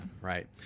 right